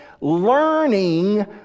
learning